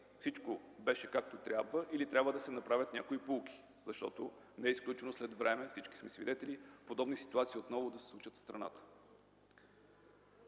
всичко беше както трябва, или трябва да се извлекат някои поуки. Не е изключено след време, всички сме свидетели, подобни ситуации отново да се случат в страната.